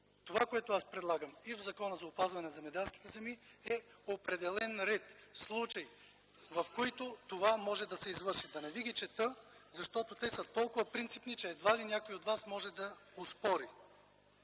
Това, което аз предлагам и в Закона за опазване на земеделските земи е определен ред, в случаи, в които това може да се извърши. Да не ви ги чета, защото те са толкова принципни, че едва ли някой от вас може да ги оспори: